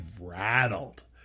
rattled